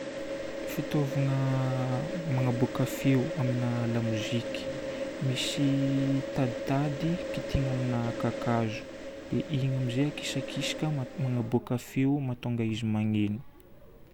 Fitaovagna magnaboaka feo amina lamozika. Misy taditady kitihina amina kakazo, dia igny amin'izay akisakisaka magnaboaka feo mahatonga izy magneno.